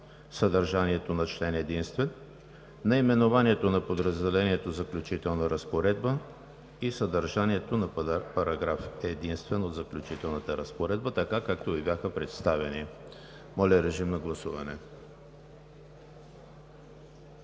съдържанието на Член единствен, наименованието на подразделението „Заключителна разпоредба“ и съдържанието на Параграф единствен от Заключителната разпоредба, както Ви бяха представени. Моля, режим на гласуване.